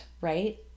right